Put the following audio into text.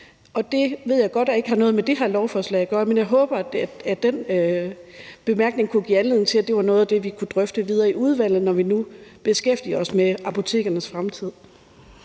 Og det ved jeg godt ikke har noget med det her lovforslag at gøre, men jeg håber, at den bemærkning kunne give anledning til, at det var noget af det, vi kunne drøfte videre i udvalget, når vi nu beskæftiger os med apotekernes fremtid.